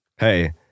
Hey